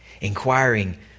inquiring